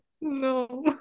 No